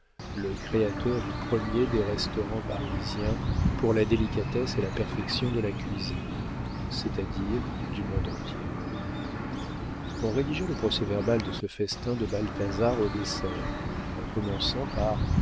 le créateur du premier des restaurants parisiens pour la délicatesse et la perfection de la cuisine c'est-à-dire du monde entier on rédigea le procès-verbal de ce festin de balthazar au dessert en commençant par